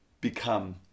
become